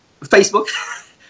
Facebook